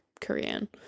Korean